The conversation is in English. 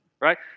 right